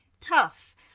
tough